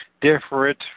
different